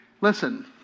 Listen